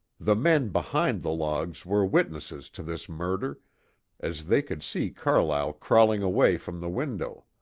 the men behind the logs were witnesses to this murder as they could see carlyle crawling away from the window.